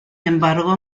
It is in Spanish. embargo